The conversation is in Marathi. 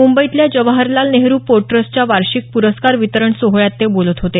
मुंबईतल्या जवाहरलाल नेहरू पोर्ट ट्रस्ट च्या वार्षिक प्रस्कार वितरण सोहळ्यात ते बोलत होते